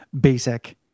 basic